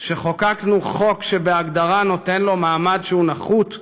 שחוקקנו חוק שבהגדרה נותן לו מעמד שהוא נחות,